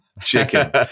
chicken